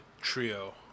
trio